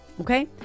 Okay